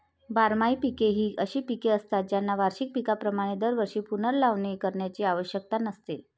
बारमाही पिके ही अशी पिके असतात ज्यांना वार्षिक पिकांप्रमाणे दरवर्षी पुनर्लावणी करण्याची आवश्यकता नसते